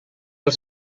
els